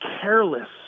careless